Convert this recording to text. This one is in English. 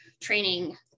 training